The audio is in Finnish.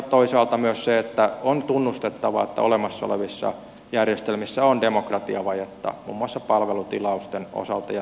toisaalta myös on tunnustettava että olemassa olevissa järjestelmissä on demokratiavajetta muun muassa palvelutilausten osalta ja siinä miten ne hoituvat